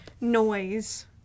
noise